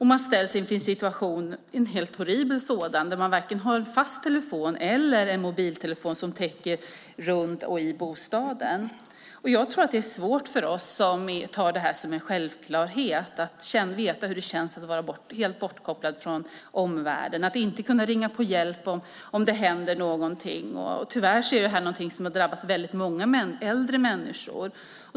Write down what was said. Man ställs inför en horribel situation där man varken har fast telefon eller en mobil telefon med täckning i och runt bostaden. Jag tror att det är svårt för oss som tar detta för givet att veta hur det känns att vara helt bortkopplad från omvärlden och att inte kunna ringa på hjälp om det händer något. Tyvärr är detta något som har drabbat många äldre människor.